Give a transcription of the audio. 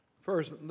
First